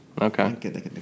Okay